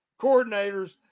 coordinators